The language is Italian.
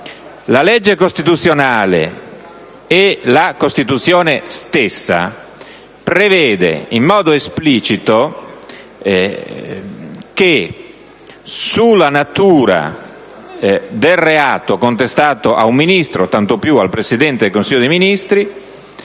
La legge costituzionale e la Costituzione stessa prevedono in modo esplicito che sulla natura del reato contestato ad un Ministro, tanto più al Presidente del Consiglio dei ministri,